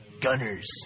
gunners